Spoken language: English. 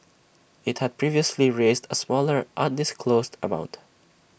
IT had previously raised A smaller undisclosed amount